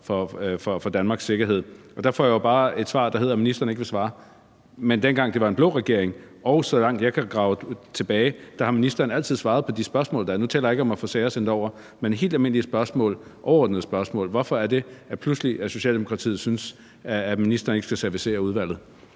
for Danmarks sikkerhed, og der får jeg bare et svar, der siger, at ministeren ikke vil svare. Men dengang vi havde en blå regering, og så langt jeg kan grave tilbage, har ministeren altså svaret på de spørgsmål, der er blevet stillet. Nu taler jeg ikke om at få sager sendt over, men om helt almindelige og overordnede spørgsmål. Hvorfor er det, at Socialdemokratiet pludselig synes, at ministeren ikke skal servicere udvalget?